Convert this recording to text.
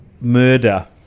murder